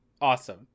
awesome